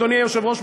אדוני היושב-ראש,